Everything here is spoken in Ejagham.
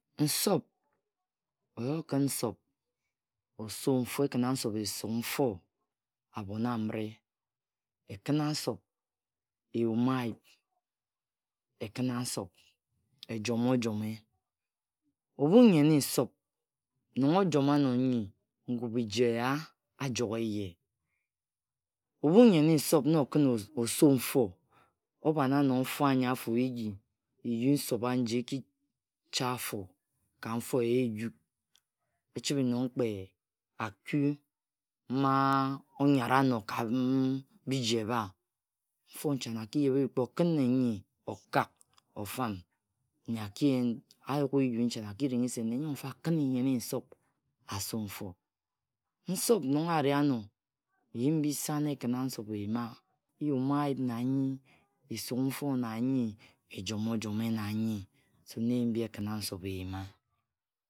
Nsop, oyi okin nsop nsop osu nfo aekira nsop ezug nfo abhon amire. Ekina nsop ejoma-ojome. Ebhu nyeni-nSOP, nong ojoma ano nyi, ngubiji eyah ajog eyeh. Ebhu nyen nsop na okine osu mfo, obhana and mfo anyia-fo oyighi, eyu nsop aji ekicha afo ka mfo, ejuk. Echibhe nong kpe aku mma-onyara-no ka bong biji ebha Mfo nchane aki-yeba eyu, kpe okiw-nyi okak, ofaun, nne akiyen, ayuk eyu nchane aki-ringhi se nne nyo-nfa akinne nyan nsop asu mfo. Nsop, nong ari ano, eyim bisa na ekinna nsop eyima- ayıp na nyi, esuk mfo na nyi, ejoma-ojome na nya. So na eyim mbi ekina nsop eyima.